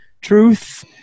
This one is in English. truth